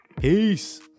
Peace